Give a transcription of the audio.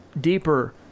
deeper